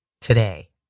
today